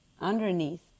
underneath